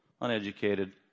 uneducated